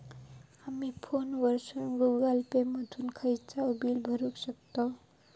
आमी फोनवरसून Google Pay मधून खयचाव बिल भरुक शकतव